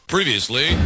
Previously